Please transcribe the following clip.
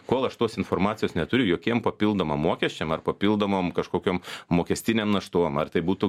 kol aš tos informacijos neturiu jokiem papildomam mokesčiam ar papildomom kažkokiom mokestiniam naštom ar tai būtų